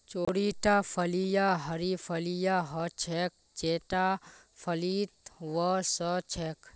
चौड़ीटा फलियाँ हरी फलियां ह छेक जेता फलीत वो स छेक